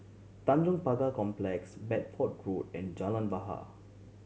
Tanjong Pagar Complex Bedford Road and Jalan Bahar